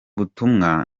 butumwa